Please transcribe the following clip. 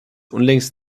unlängst